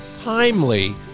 timely